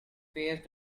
faced